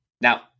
Now